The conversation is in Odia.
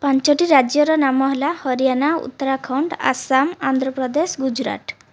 ପାଞ୍ଚଟି ରାଜ୍ୟର ନାମ ହେଲା ହରିୟାଣା ଉତ୍ତରାଖଣ୍ଡ ଆସାମ ଆନ୍ଧ୍ର ପ୍ରଦେଶ ଗୁଜରାଟ